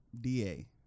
DA